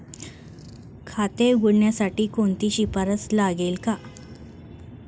खाते उघडण्यासाठी कोणाची शिफारस लागेल का?